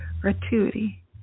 gratuity